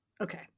okay